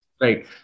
Right